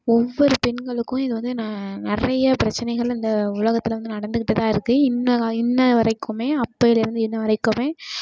ஒவ்வொரு பெண்களுக்கும் இது வந்து நிறைய பிரச்சினைகள் இந்த உலகத்தில் வந்து நடந்துகிட்டு தான் இருக்குது இன்னி இன்னி வரைக்குமே அப்போலேருந்து இன்னி வரைக்குமே